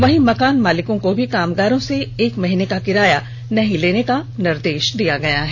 वहीं मकान मालिकों को भी कामगारों से एक महीनें का किराया नहीं लेने का निर्देष दिया गया है